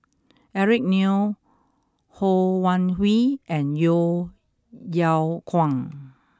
Eric Neo Ho Wan Hui and Yeo Yeow Kwang